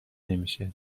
نمیشه